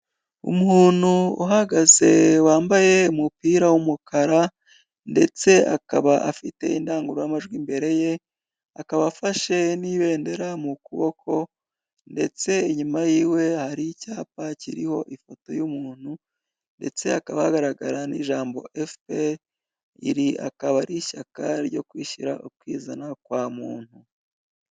Umuntu uhagaze wambaye umupira w'umukara ndetse akaba afite indangururamajwi imbere ye, akaba afashe n'ibendera mu kuboko ndetse inyuma yiwe hari icyapa kiriho ifoto y'umuntu ndetse akaba hagaragara n'ijambo efuperi, iri akaba ari ishyaka ryo kwishyira ukizana kwa muntu.